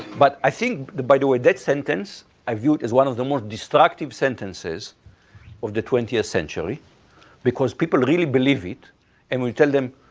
but i think by the way, that sentence i viewed as one of the more destructive sentences of the twentieth century because people really believe it and we'll tell them,